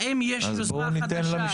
האם יש יוזמה חדשה?